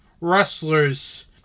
wrestlers